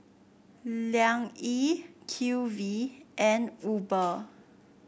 Liang Yi Q V and Uber